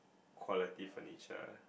quality furniture